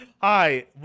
Hi